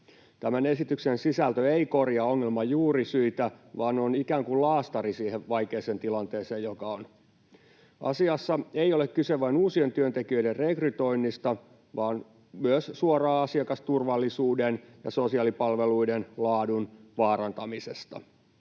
Tämän esityksen sisältö ei korjaa ongelman juurisyitä vaan on ikään kuin laastari siihen vaikeaan tilanteeseen, joka on. Asiassa ei ole kyse vain uusien työntekijöiden rekrytoinnista vaan myös suoraan asiakasturvallisuuden ja sosiaalipalveluiden laadun vaarantamisesta.